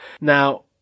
now